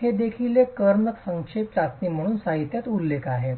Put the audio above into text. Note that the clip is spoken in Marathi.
हे देखील एक कर्ण संक्षेप चाचणी म्हणून साहित्यात उल्लेख आहे